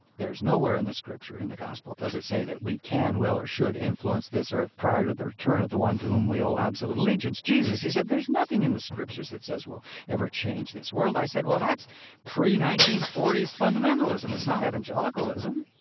there's nowhere in the scripture, in the gospel, does it say that we can, will, or should influence this earth prior to the return of the one to whom we owe absolute allegiance, jesus he said, there's nothing in the scriptures that says we'll ever change this world i said, well, that's pre nineteen forty s fundamentalism. it's not evangelicalism